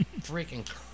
freaking